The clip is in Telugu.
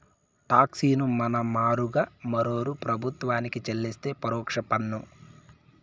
టాక్స్ ను మన మారుగా మరోరూ ప్రభుత్వానికి చెల్లిస్తే పరోక్ష పన్ను